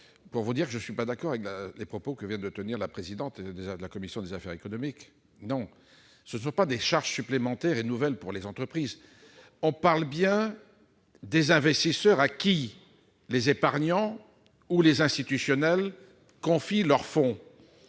de vote. Je ne suis pas d'accord avec ce que vient de dire Mme la présidente de la commission des affaires économiques. Il ne s'agit pas de charges supplémentaires et nouvelles pour les entreprises ! Nous parlons ici des investisseurs auxquels les épargnants ou les institutionnels confient leurs fonds.